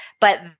But-